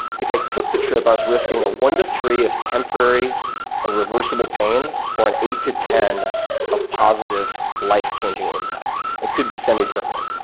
if i took the trip, i was risking a one to three of temporary and reversible pain for an eight to ten of positive, life-changing impact that could be a semi-permanent.